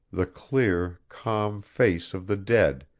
the clear, calm face of the dead,